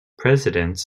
presidents